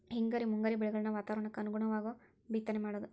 ಹಿಂಗಾರಿ ಮುಂಗಾರಿ ಬೆಳೆಗಳನ್ನ ವಾತಾವರಣಕ್ಕ ಅನುಗುಣವಾಗು ಬಿತ್ತನೆ ಮಾಡುದು